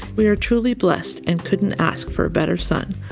we are truly blessed and couldn't ask for a better son.